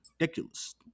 ridiculous